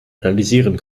analysieren